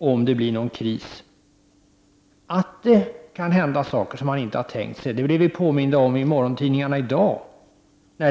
om det uppstår någon kris. I dag blir vi i morgontidningarna påminda om att det kan hända saker som man faktiskt inte har tänkt sig.